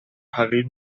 حقیر